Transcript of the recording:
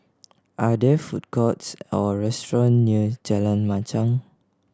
are there food courts or restaurant near Jalan Machang